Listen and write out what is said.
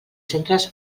centres